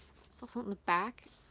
it's on the back.